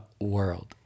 world